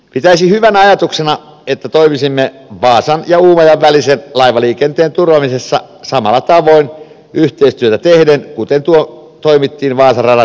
pitäisin hyvänä ajatuksena että toimisimme vaasan ja uumajan välisen laivaliikenteen turvaamisessa samalla tavoin yhteistyötä tehden kuten toimittiin vaasan radan sähköistämisessä